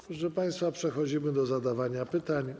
Proszę państwa, przechodzimy do zadawania pytań.